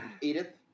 Edith